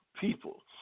people